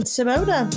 Simona